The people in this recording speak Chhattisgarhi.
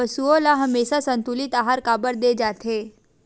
पशुओं ल हमेशा संतुलित आहार काबर दे जाथे?